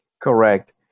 Correct